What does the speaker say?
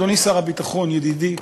לכן, אדוני שר הביטחון, ידידי,